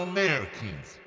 Americans